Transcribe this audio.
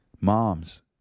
Moms